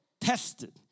tested